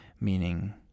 meaning